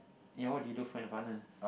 ya what do you find in a partner